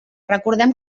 recordem